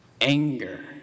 anger